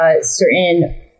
certain